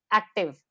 active